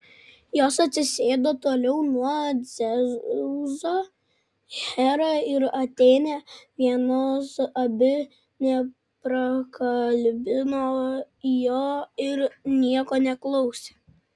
jos atsisėdo toliau nuo dzeuso hera ir atėnė vienos abi neprakalbino jo ir nieko neklausė